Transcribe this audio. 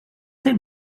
till